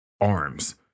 arms